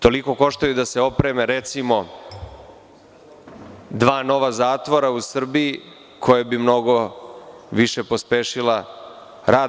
Toliko koštaju da mogu da se opreme, recimo, dva nova zatvora u Srbiji, koja bi mnogo više pospešila rad.